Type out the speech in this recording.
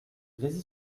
grésy